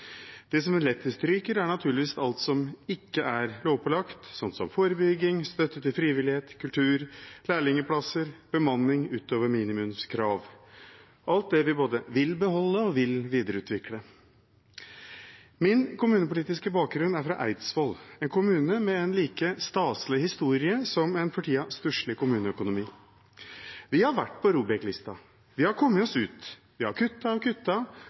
unngå. Det som lettest ryker, er naturligvis alt som ikke er lovpålagt, slik som forebygging, støtte til frivillighet, kultur, lærlingplasser, bemanning utover minimumskrav – alt det vi både vil beholde og vil videreutvikle. Min kommunepolitiske bakgrunn er fra Eidsvoll, en kommune med en like staselig historie som en for tiden stusslig kommuneøkonomi. Vi har vært på ROBEK-lista, vi har kommet oss ut, vi har kuttet og